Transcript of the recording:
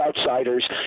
outsiders